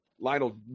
Lionel